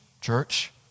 church